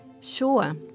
Sure